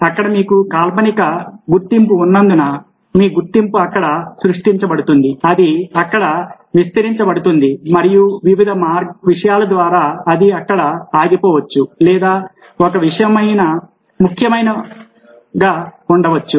అక్కడ మీకు కాల్పనిక గుర్తింపు ఉన్నందున మీ గుర్తింపు అక్కడ సృష్టించబడుతుంది అది అక్కడ విస్తరించబడుతుంది మరియు వివిధ విషయాల ద్వారా అది అక్కడ ఆగిపోవచ్చు లేదా ఒక ముఖ్యమైన విషయంగా ఉండవచ్చు